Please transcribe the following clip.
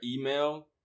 email